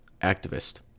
activist